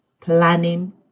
planning